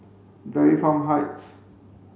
Dairy Farm Heights